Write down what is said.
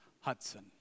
Hudson